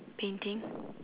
painting